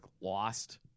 Lost